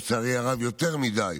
לצערי הרב יותר מדי,